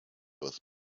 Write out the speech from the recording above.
both